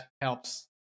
helps